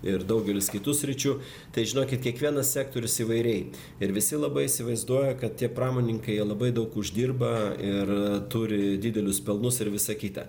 ir daugelis kitų sričių tai žinokit kiekvienas sektorius įvairiai ir visi labai įsivaizduoja kad tie pramonininkai labai daug uždirba ir turi didelius pelnus ir visa kita